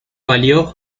valió